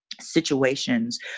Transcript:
situations